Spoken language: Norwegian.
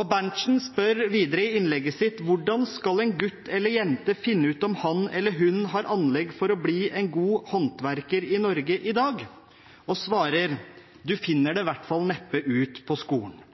Berntsen spør videre i innlegget sitt: «Hvordan skal en gutt eller jente finne ut om han eller hun har anlegg for å bli en god håndverker i dag?», og han svarer: «De finner det neppe ut på skolen.»